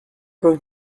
going